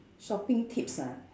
shopping tips ah